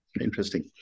Interesting